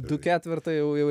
du ketvertai jau jau